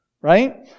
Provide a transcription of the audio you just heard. right